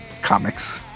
Comics